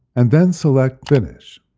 and then select finish.